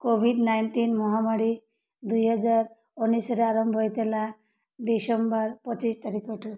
Covid nineteen ମହାମାରୀ ଦୁଇହଜାର ଉଣେଇଶିରେ ଆରମ୍ଭ ହେଇଥିଲା ଡିସେମ୍ବର ପଚିଶି ତାରିଖଠୁ